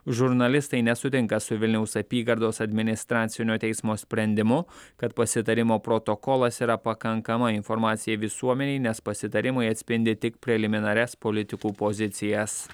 žurnalistai nesutinka su vilniaus apygardos administracinio teismo sprendimu kad pasitarimo protokolas yra pakankama informacija visuomenei nes pasitarimai atspindi tik preliminarias politikų pozicijas